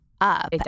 Up